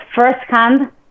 firsthand